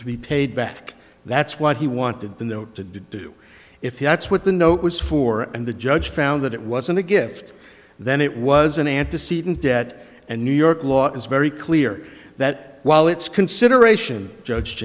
to be paid back that's what he wanted the note to do if that's what the note was for and the judge found that it wasn't a gift then it was an antecedent debt and new york law is very clear that while it's consideration judged